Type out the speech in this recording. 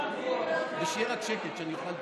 ורק שיהיה שקט, שאני אוכל לדבר.